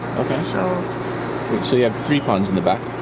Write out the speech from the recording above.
okay, so so you have three ponds in the back.